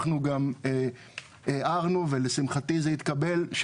אנחנו גם הערנו ולשמחתי זה התקבל,